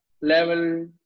level